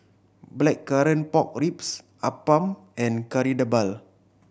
Blackcurrant Pork Ribs appam and Kari Debal